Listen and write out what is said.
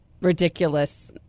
ridiculous